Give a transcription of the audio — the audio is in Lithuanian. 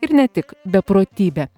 ir ne tik beprotybė